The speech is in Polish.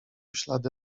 ślady